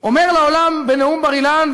אומר לעולם בנאום בר-אילן,